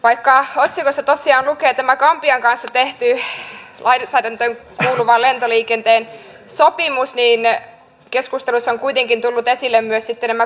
vaikka otsikossa tosiaan lukee tämä gambian kanssa tehty lainsäädäntöön kuuluvan lentoliikenteen sopimus niin keskustelussa ovat kuitenkin tulleet esille myös kansalliset lentokenttäkysymykset